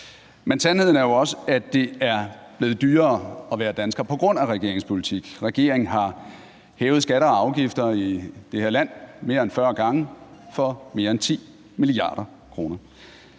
Men sandheden er jo også, at det er blevet dyrere at være dansker på grund af regeringens politik. Regeringen har hævet skatter og afgifter i det her land mere end 40 gange for mere end 10 mia. kr.